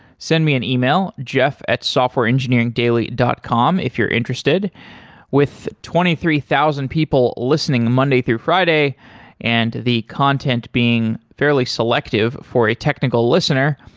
send me an e-mail jeff at softwareengineeringdaily dot com if you're interested with twenty three thousand people listening monday through friday and the content being fairly selective for a technical listener,